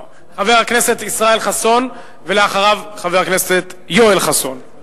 חבר הכנסת ישראל חסון ואחריו חבר הכנסת יואל חסון.